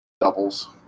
doubles